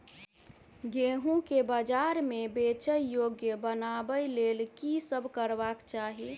गेंहूँ केँ बजार मे बेचै योग्य बनाबय लेल की सब करबाक चाहि?